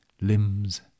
limbs